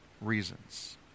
reasons